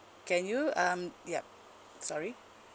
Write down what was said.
can you um yup sorry